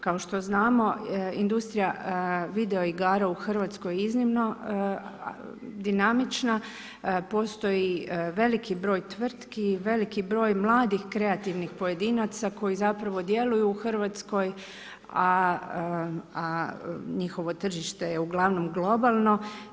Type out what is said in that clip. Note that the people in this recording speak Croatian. Kao što znamo industrija video igara u Hrvatskoj je iznimno dinamična, postoji veliki broj tvrtki i veliki broj mladih kreativnih pojedinaca koji djeluju u Hrvatskoj, a njihovo tržište je uglavnom globalno.